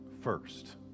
first